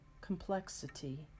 complexity